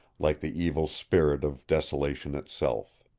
like the evil spirit of desolation itself.